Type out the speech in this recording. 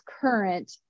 current